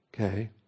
Okay